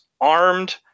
armed